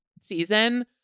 season